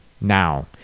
now